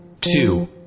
two